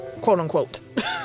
quote-unquote